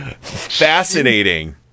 Fascinating